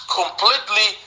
completely